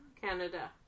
Canada